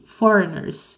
foreigners